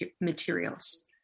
materials